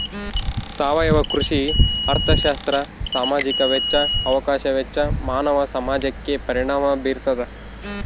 ಸಾವಯವ ಕೃಷಿ ಅರ್ಥಶಾಸ್ತ್ರ ಸಾಮಾಜಿಕ ವೆಚ್ಚ ಅವಕಾಶ ವೆಚ್ಚ ಮಾನವ ಸಮಾಜಕ್ಕೆ ಪರಿಣಾಮ ಬೀರ್ತಾದ